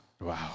Wow